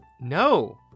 no